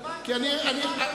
אני מודיע לך שלא אקרא לסדר.